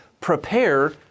prepare